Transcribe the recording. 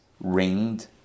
ringed